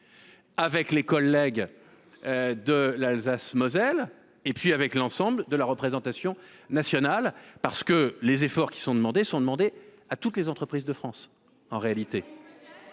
avec les collègues d’Alsace Moselle et avec l’ensemble de la représentation nationale, parce que les efforts qui sont demandés le sont à toutes les entreprises de France. Pas